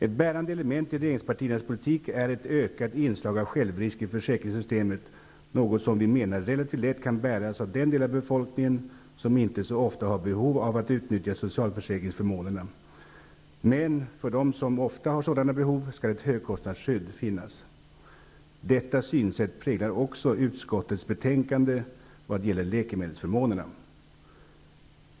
Ett bärande element i regeringspartiernas politik är ett ökat inslag av självrisk i försäkringssystemet, något som vi menar relativt lätt kan bäras av den del av befolkningen som inte så ofta har behov av att utnyttja socialförsäkringsförmånerna. Men för dem som ofta har sådana behov skall ett högkostnadsskydd finnas. Detta synsätt präglar också utskottets betänkande i vad avser läkemedelsförmånerna.